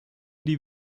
die